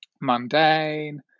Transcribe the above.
mundane